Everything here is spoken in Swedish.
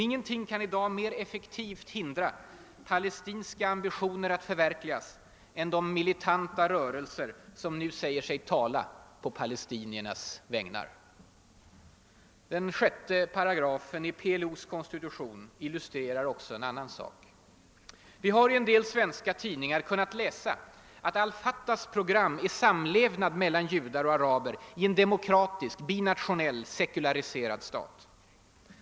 Ingenting kan i dag mer effektivt hindra palestinska ambitioner att förverkligas än de militanta rörelser som nu säger sig tala på palestiniernas vägnar. Den 6:e paragrafen i PLO:s konstitution illustrerar också en annan sak. Vi har i en del svenska tidningar kunnat läsa att al Fatahs program är samlevnad mellan judar och araber i en demokratisk, binationell, sekulariserad stat.